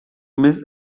miss